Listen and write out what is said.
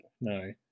no